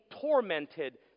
tormented